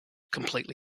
completely